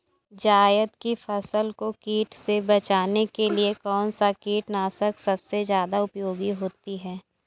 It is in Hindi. जायद की फसल को कीट से बचाने के लिए कौन से कीटनाशक सबसे ज्यादा उपयोगी होती है?